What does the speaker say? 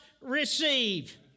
receive